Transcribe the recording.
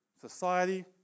society